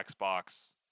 Xbox